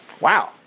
Wow